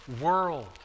world